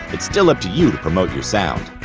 it's still up to you to promote your sound!